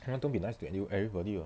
can you don't be nice to every everybody eh